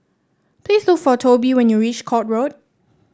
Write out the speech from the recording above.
please look for Tobe when you reach Court Road